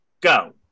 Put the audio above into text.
Go